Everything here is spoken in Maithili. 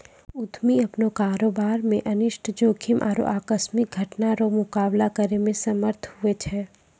उद्यमी अपनो कारोबार मे अनिष्ट जोखिम आरु आकस्मिक घटना रो मुकाबला करै मे समर्थ हुवै छै